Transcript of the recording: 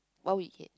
what we eat